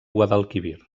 guadalquivir